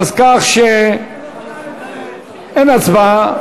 כך שאין הצבעה.